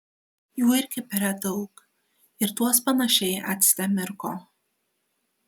jų ir kipre daug ir tuos panašiai acte mirko